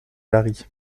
larry